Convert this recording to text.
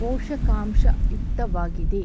ಪೋಷಕಾಂಶ ಯುಕ್ತವಾಗಿದೆ